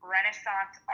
Renaissance